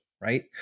right